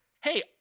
Hey